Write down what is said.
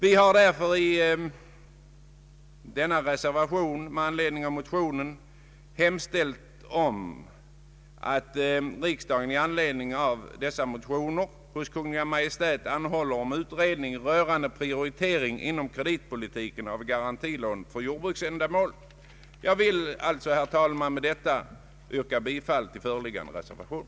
I reservationen har vi därför hemställt att riksdagen i anledning av motionerna måtte hos Kungl. Maj:t anhålla om utredning rörande prioritering inom kreditpolitiken av garantilån för jordbruksändamål. Jag vill, herr talman, med detta yrka bifall till föreliggande reservation.